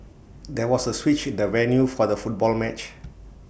there was A switch in the venue for the football match